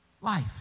life